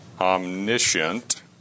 omniscient